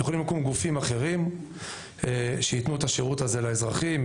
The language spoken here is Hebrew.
יכולים לקום גופים אחרים שייתנו את השירות הזה לאזרחים,